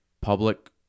public